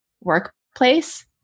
workplace